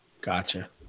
Gotcha